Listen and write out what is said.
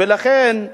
ולכן,